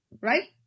Right